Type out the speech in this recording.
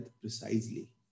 precisely